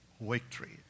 Victory